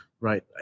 right